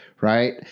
right